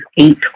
eight